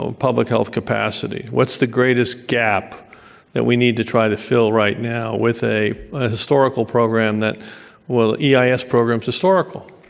um public health capacity. what's the greatest gap that we need to try to fill right now with a ah historical program that will yeah eis program's historical.